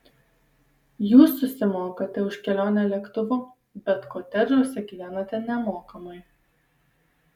jūs susimokate už kelionę lėktuvu bet kotedžuose gyvenate nemokamai